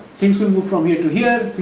ticks with move from here to here,